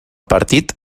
partit